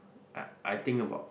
I think about